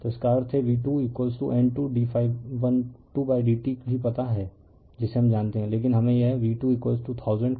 तो इसका अर्थ है v2 N2 d ∅12 dt भी पता है जिसे हम जानते हैं लेकिन हमें यह v21000cos400 ओवर t मिला है